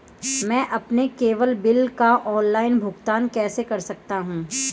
मैं अपने cable bill का ऑनलाइन भुगतान कैसे कर सकता हूं?